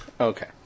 Okay